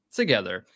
together